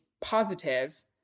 positive